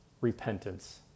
repentance